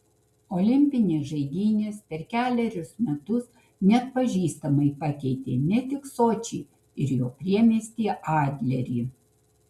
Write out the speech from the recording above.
olimpinės žaidynės per kelerius metus neatpažįstamai pakeitė ne tik sočį ir jo priemiestį adlerį